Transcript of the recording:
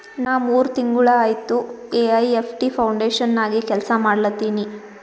ನಾ ಮೂರ್ ತಿಂಗುಳ ಆಯ್ತ ಎ.ಐ.ಎಫ್.ಟಿ ಫೌಂಡೇಶನ್ ನಾಗೆ ಕೆಲ್ಸಾ ಮಾಡ್ಲತಿನಿ